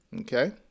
okay